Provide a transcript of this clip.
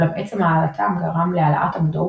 אולם עצם העלאתם גרם להעלאת המודעות